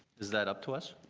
is that up to us?